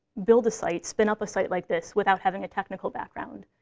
build a site, spin up a site like this, without having a technical background.